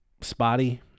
spotty